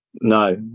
No